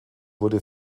wurde